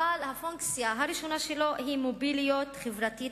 אבל הפונקציה הראשונה שלו היא מוביליות חברתית